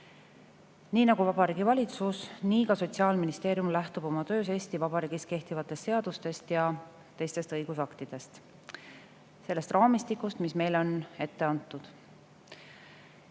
Nii nagu Vabariigi Valitsus, nii ka Sotsiaalministeerium lähtub oma töös Eesti Vabariigis kehtivatest seadustest ja teistest õigusaktidest, sellest raamistikust, mis meile on ette antud.